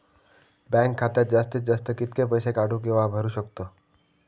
Bank खात्यात जास्तीत जास्त कितके पैसे काढू किव्हा भरू शकतो?